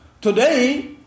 Today